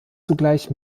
zugleich